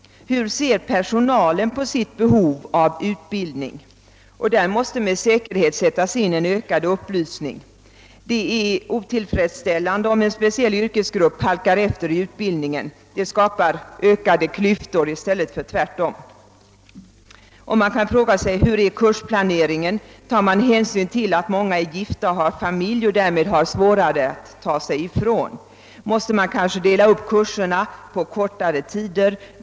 Hur ser personalen på sitt behov av utbildning? Det måste med säkerhet sättas in en ökad upplysning. Det är otillfredsställande om en speciell yrkesgrupp halkar efter i utbildningen; det skapar ökade klyftor i stället för tvärtom. Man kan också fråga sig hur kurserna planeras. Tas det hänsyn till att många är gifta och har familj och därmed har svårare att ta sig ifrån? Måste man kanske dela upp kurserna på kortare perioder?